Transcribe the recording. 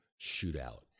shootout